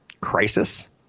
crisis